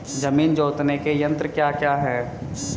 जमीन जोतने के यंत्र क्या क्या हैं?